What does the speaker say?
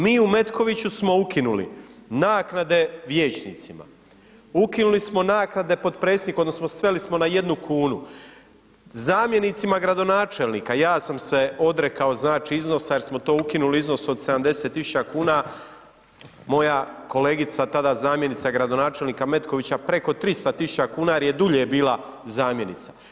Mi u Metkoviću smo ukinuli naknade vijećnicima, ukinuli smo naknade potpredsjedniku odnosno sveli smo na 1,00 kn, zamjenicima gradonačelnika, ja sam se odrekao, znači, iznosa jer smo to ukinuli iznos od 70.000,00 kn, moja kolegica, tada zamjenica gradonačelnika Metkovića preko 300.000,00 kn jer je dulje bila zamjenica.